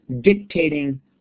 dictating